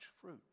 fruit